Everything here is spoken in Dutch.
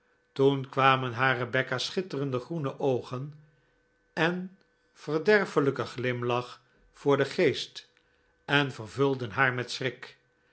toen kwamen haar rebecca's schitterende groene oogen en verderfelijke glimlach voor den geest en vervulden haar met schrik